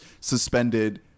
suspended